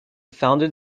founded